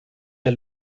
der